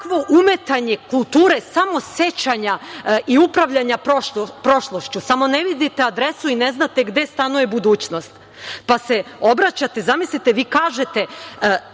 takvo umetanje kulture samo sećanja i upravljanja prošlošću, samo ne vidite adresu i ne znate gde stanuje budućnost, pa se obraćate, zamislite, vi kažete